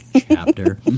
chapter